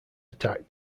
attack